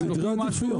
הם נותנים סכום נמוך,